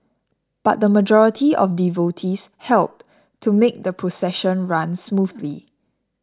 but the majority of devotees helped to make the procession run smoothly